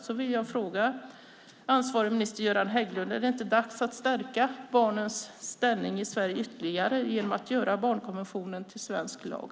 Jag vill fråga ansvarig minister Göran Hägglund om det inte är dags att stärka barnens ställning i Sverige ytterligare genom att göra barnkonventionen till svensk lag.